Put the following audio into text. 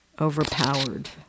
overpowered